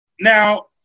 Now